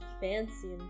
fancy